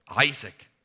Isaac